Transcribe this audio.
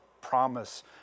promise